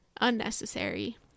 unnecessary